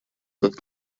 как